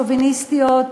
שוביניסטיות,